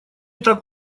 так